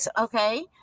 Okay